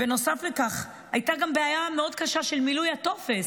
נוסף לכך הייתה בעיה קשה של מילוי הטופס,